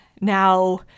now